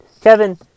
Kevin